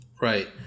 Right